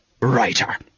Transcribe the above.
writer